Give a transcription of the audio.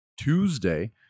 tuesday